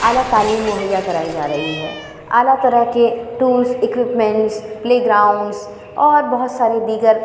اعلیٰ تعلیم مہیّا کرائی جا رہی ہے اعلیٰ طرح کے ٹولس ایکوپمنٹس پلے گراؤنڈس اور بہت سارے دیگر